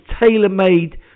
tailor-made